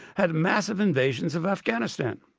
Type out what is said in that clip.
had massive invasions of afghanistan.